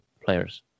players